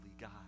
God